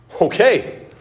Okay